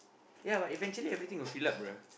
yeah what eventually everything will fill up bruh